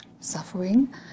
suffering